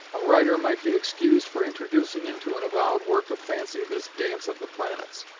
a writer might be excused for introducing into an avowed work of fancy this dance of the planets,